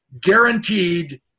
guaranteed